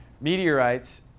meteorites